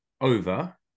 over